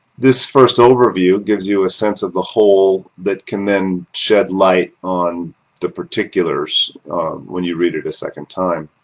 this first overview gives you a sense of the whole that can then shed light into the particulars when you read it a second time.